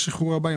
מתי השחרור הבא?